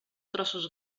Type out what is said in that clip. trossos